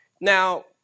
Now